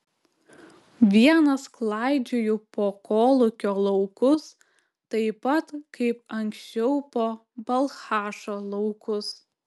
vienas klaidžioju po kolūkio laukus taip pat kaip anksčiau po balchašo laukus